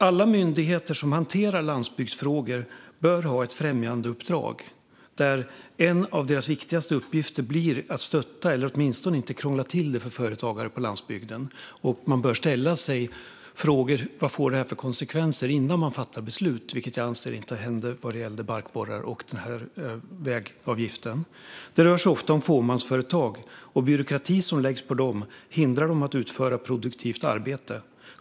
Alla myndigheter som hanterar landsbygdsfrågor bör ha ett främjandeuppdrag där en av deras viktigaste uppgifter blir att stötta eller åtminstone inte krångla till det för företagare på landsbygden. Man bör fråga sig vilka konsekvenser det får innan man fattar beslut. Jag anser att det inte har hänt vad gäller barkborrar och den här vägavgiften. Det rör sig ofta om fåmansföretag. Byråkrati som läggs på dem hindrar dem från att utföra produktivt arbete.